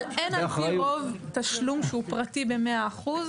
אין על פי רוב תשלום שהוא פרטי ב-100 אחוז,